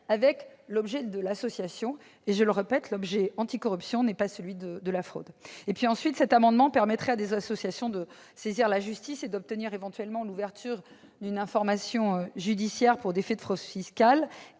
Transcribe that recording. avec l'objet de l'association. Je le répète, l'objet anticorruption n'est pas celui de la fraude. Ensuite, cet amendement permettrait à des associations de saisir la justice et d'obtenir éventuellement l'ouverture d'une information judiciaire pour des faits de fraude fiscale,